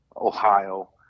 Ohio